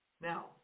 Now